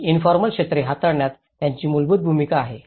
ही informal क्षेत्रे हाताळण्यात त्यांची मूलभूत भूमिका आहे